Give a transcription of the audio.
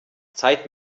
zeit